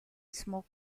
smoke